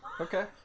okay